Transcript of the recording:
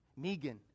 Megan